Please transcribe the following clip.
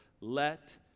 let